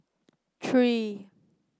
three